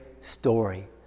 story